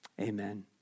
Amen